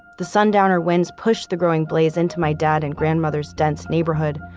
the sundowner winds pushed the growing blaze into my dad and grandmother's dense neighborhood,